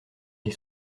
les